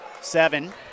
seven